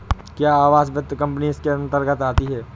क्या आवास वित्त कंपनी इसके अन्तर्गत आती है?